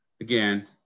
Again